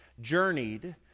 journeyed